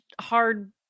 hard